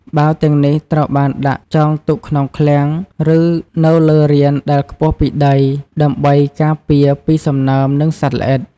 បាវទាំងនេះត្រូវបានដាក់ចង់ទុកក្នុងឃ្លាំង ឬនៅលើរានដែលខ្ពស់ពីដី ដើម្បីការពារពីសំណើម និងសត្វល្អិត។